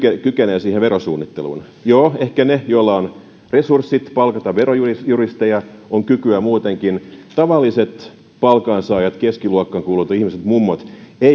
kykenevät siihen verosuunnitteluun joo ehkä niillä joilla on resurssit palkata verojuristeja on kykyä muutenkin tavalliset palkansaajat keskiluokkaan kuuluvat ihmiset mummot